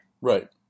Right